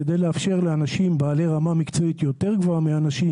כדי לאפשר לאנשים בעלי רמה מקצועית יותר גבוהה מאנשים